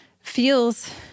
feels